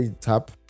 tap